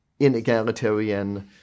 inegalitarian